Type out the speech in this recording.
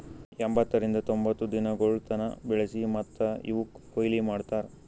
ಎಂಬತ್ತರಿಂದ ತೊಂಬತ್ತು ದಿನಗೊಳ್ ತನ ಬೆಳಸಿ ಮತ್ತ ಇವುಕ್ ಕೊಯ್ಲಿ ಮಾಡ್ತಾರ್